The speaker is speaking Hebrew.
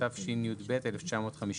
השתי"ב 1952,